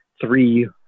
three